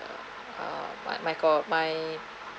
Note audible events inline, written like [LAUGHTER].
[NOISE] uh my call my